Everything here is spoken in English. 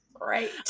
right